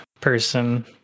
person